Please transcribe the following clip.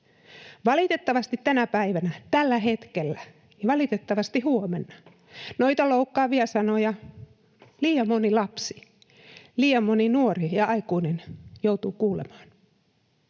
Valitettavasti tänä päivänä, tällä hetkellä, valitettavasti huomenna noita loukkaavia sanoja liian moni lapsi, liian moni nuori ja aikuinen joutuu kuulemaan.